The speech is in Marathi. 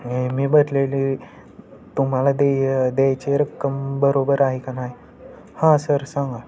मी बदलेली तुम्हाला देय द्यायचे रक्कम बरोबर आहे का नाही हां सर सांगा